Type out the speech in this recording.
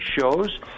shows